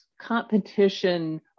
competition